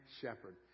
shepherd